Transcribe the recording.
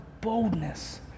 boldness